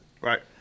Right